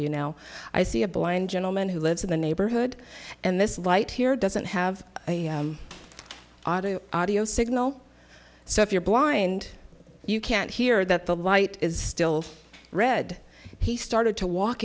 you now i see a blind gentleman who lives in the neighborhood and this light here doesn't have auto audio signal so if you're blind you can't hear that the light is still red he started to walk